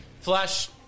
Flash